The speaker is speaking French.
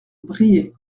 briey